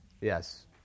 Yes